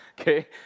Okay